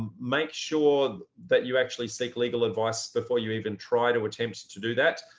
make sure that you actually seek legal advice before you even try to attempt to do that.